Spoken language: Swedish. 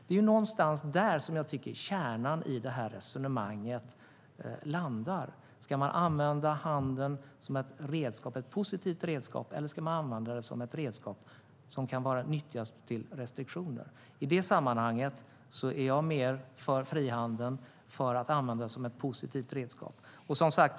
Det är någonstans där jag tycker att kärnan i resonemanget finns. Ska man använda handel som ett positivt redskap, eller ska man använda det som ett redskap som bara kan nyttjas till restriktioner? I det sammanhanget är jag mer för frihandeln och för att använda det som ett positivt redskap.